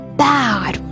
bad